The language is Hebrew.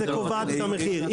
מה זה ובעת את המחיר?